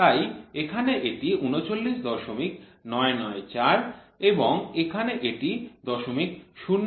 তাই এখানে এটি ৩৯৯৯৪ এবং এখানে এটি ০০৪